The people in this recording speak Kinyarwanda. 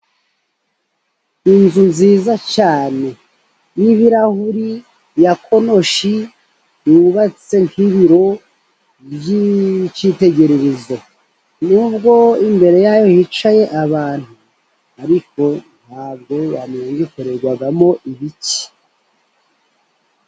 Inzu nziza cyane, y'ibirahuri ya, konoshi yubatse nk'ibiro by'cyitegererezo. Nubwo imbere yayo yicaye abantu, ariko ntabwo wamenya ngo ikorerwagamo ibiki.